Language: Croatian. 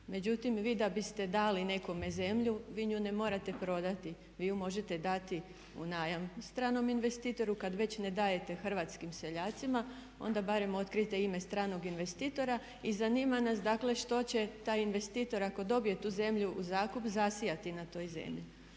međutim vi da biste dali nekome zemlju vi nju ne morate prodati, vi je možete dati u najam stranom investitoru kad već ne dajete hrvatskim seljacima onda barem otkrijte ime stranog investitora. I zanima nas dakle što će taj investitor ako dobije tu zemlju u zakup zasijati na toj zemlji?